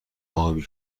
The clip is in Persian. ابی